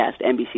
NBC